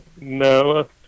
no